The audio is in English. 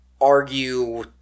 argue